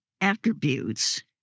attributes